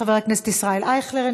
חבר הכנסת ישראל אייכלר,